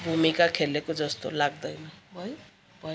भूमिका खेलेको जस्तो लाग्दैन भयो